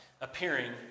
appearing